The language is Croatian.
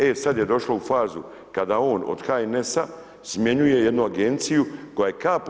E sada je došlo u fazu, kada on od HNS-a smjenjuje jednu agenciju, koja je kap u moru.